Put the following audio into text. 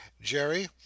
Jerry